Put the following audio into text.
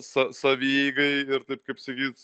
sa savieigai ir taip kaip sakyt